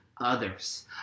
others